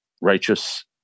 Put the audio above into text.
righteous